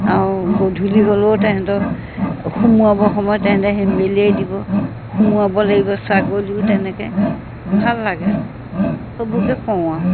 আৰু গধূলি হ'লেও তেহেঁতক সোমোৱাবৰ সময়ত তেহেঁতে হেম্বেলিয়াই দিব সোমোৱাব লাগিব ছাগলীও তেনেকৈ ভাল লাগে সেইবোৰকে কৰোঁ আৰু